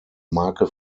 marke